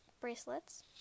Bracelets